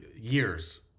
years